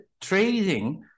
trading